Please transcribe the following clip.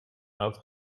oud